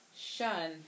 Shun